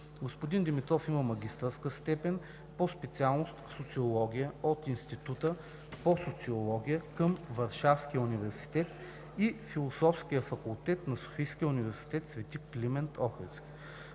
Господин Димитров има магистърска степен по специалност „Социология“ от Института по Социология към Варшавския университет и Философския факултет на Софийския университет „Св. Климент Охридски“.